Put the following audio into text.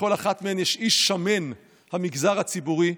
בכל אחת מהן יש איש שמן, המגזר הציבורי,